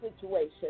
situation